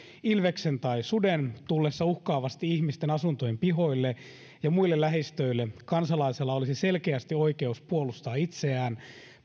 ilveksen tai suden tullessa uhkaavasti ihmisten asuntojen pihoille ja muille lähistöille kansalaisella olisi selkeästi oikeus puolustaa itseään